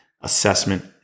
assessment